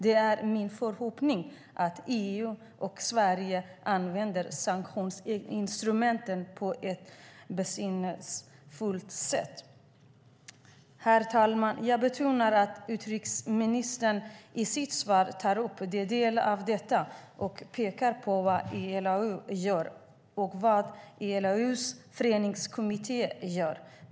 Det är min förhoppning att EU och Sverige använder sanktionsinstrumentet på ett besinningsfullt sätt. Herr talman! Jag noterar att utrikesministern i sitt svar tar upp en del av detta och pekar på vad ILO gör och vad ILO:s föreningsfrihetskommitté gör.